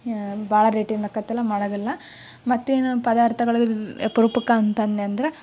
ಭಾಳ ರೇಟಿಂದ್ ಆಗತ್ತಲ್ಲ ಮಾಡೋದಿಲ್ಲ ಮತ್ತು ಏನು ಪದಾರ್ಥಗಳ್ ಅಪ್ರೂಪಕ್ಕೆ ಅಂತ ಅಂದೆನಂದ್ರೆ